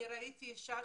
ראיתי אישה,